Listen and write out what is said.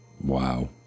Wow